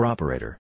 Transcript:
Operator